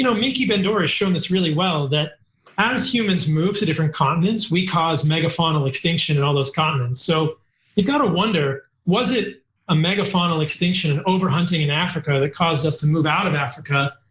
you know mickey van dora has shown this really well, that as humans move to different continents, we cause megafauna, extinction in all those continents. so you've got a wonder, was it a megafaunal extinction in over hunting in africa that caused us to move out of africa?